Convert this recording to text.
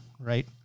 Right